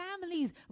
families